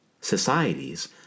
societies